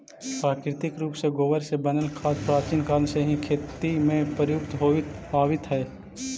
प्राकृतिक रूप से गोबर से बनल खाद प्राचीन काल से ही खेती में प्रयुक्त होवित आवित हई